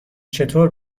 چطور